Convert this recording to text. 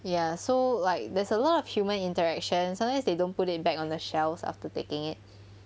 ya so like there's a lot of human interaction sometimes they don't put it back on the shelves after taking it